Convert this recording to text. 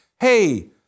hey